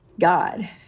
God